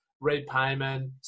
repayment